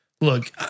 look